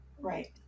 Right